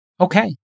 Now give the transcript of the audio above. Okay